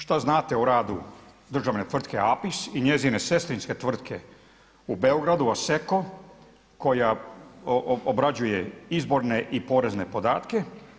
Šta znate o radu državne tvrtke APIS i njezine sestrinske tvrtke u Beogradu OSEKO koja obrađuje izborne i porezne podatke?